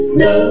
no